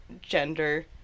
gender